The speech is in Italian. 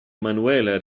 manuela